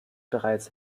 bereits